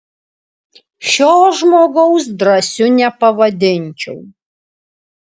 šio žmogaus drąsiu nepavadinčiau